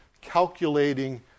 calculating